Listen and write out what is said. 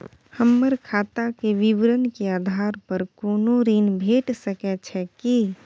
हमर खाता के विवरण के आधार प कोनो ऋण भेट सकै छै की?